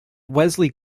wesley